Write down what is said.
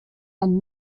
and